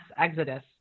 exodus